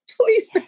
please